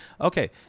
okay